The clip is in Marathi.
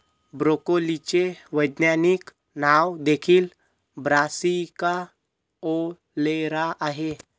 ब्रोकोलीचे वैज्ञानिक नाव देखील ब्रासिका ओलेरा आहे